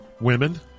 Women